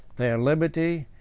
their liberty,